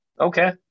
okay